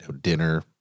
dinner